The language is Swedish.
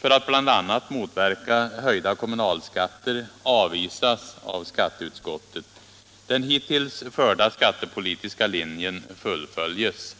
för att bl.a. motverka höjda kommunalskatter avvisas av skatteutskottet. Den hittills förda skattepolitiken fullföljs.